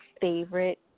favorite